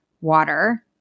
water